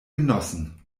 genossen